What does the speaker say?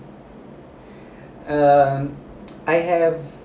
err I have